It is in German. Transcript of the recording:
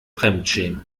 fremdschämen